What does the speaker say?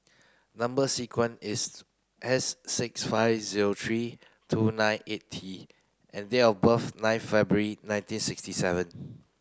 number sequence is S six five zero three two nine eight T and date of birth nine February nineteen sixty seven